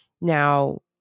Now